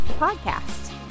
podcast